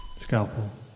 Scalpel